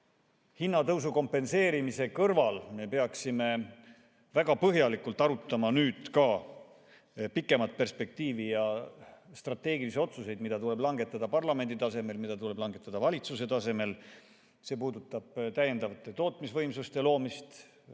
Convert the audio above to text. hinnatõusu kompenseerimise kõrval väga põhjalikult arutama ka pikemat perspektiivi ja strateegilisi otsuseid, mida tuleb langetada parlamendi tasemel ja mida tuleb langetada valitsuse tasemel. See puudutab täiendavate tootmisvõimsuste loomist,